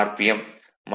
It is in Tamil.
எம்